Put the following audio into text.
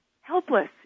helpless